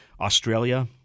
australia